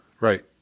right